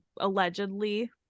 allegedly